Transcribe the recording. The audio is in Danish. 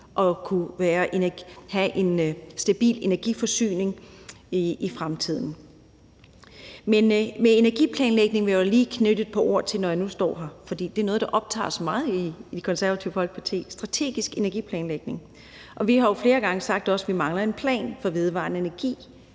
at kunne have en stabil energiforsyning i fremtiden. Men energiplanlægningen vil jeg lige knytte et par ord til, når jeg nu står her, for det er noget, der optager os meget i Det Konservative Folkeparti, altså strategisk energiplanlægning. Vi har jo flere gange sagt, at vi mangler en plan for vedvarende energi.